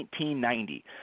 1990